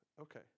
Okay